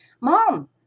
Mom